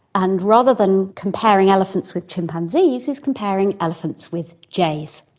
and rather than comparing elephants with chimpanzees he's comparing elephants with jays.